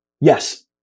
Yes